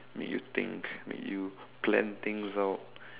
make you think make you plan things out